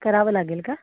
करावं लागेल का